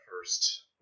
first